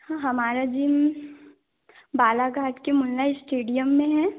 हाँ हमारा जिम बालाघाट के मुन्ना स्टेडियम में है